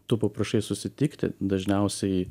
tu paprašai susitikti dažniausiai